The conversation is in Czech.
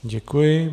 Děkuji.